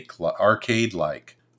arcade-like